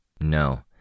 No